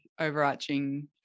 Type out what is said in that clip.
overarching